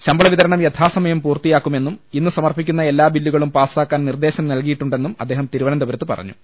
ശമ്പള വിതരണം യഥാസമയം പൂർത്തിയാക്കുമെന്നും ഇന്ന് സമർപ്പിക്കുന്ന എല്ലാ ബില്ലുകളും പാസാക്കാൻ നിർദേശം നൽകിയിട്ടുണ്ടെന്നും അദ്ദേഹം തിരുവനന്തപുരത്ത് പറഞ്ഞു